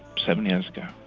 seven years ago.